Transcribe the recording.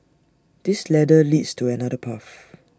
this ladder leads to another path